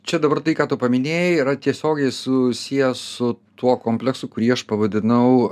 čia dabar tai ką tu paminėjai yra tiesiogiai susiję su tuo kompleksu kurį aš pavadinau